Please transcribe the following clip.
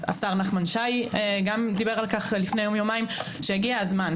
גם השר נחמן דיבר על כך לפני יום-יומיים שהגיע הזמן.